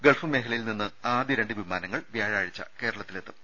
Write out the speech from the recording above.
Gulf മേഖലയിൽ നിന്ന് ആദ്യ രണ്ട് വിമാനങ്ങൾ വ്യാഴാഴ്ച്ച കേരളത്തിലെത്തും